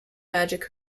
magic